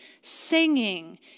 singing